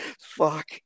Fuck